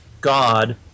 God